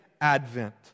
advent